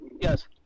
Yes